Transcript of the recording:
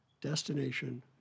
Destination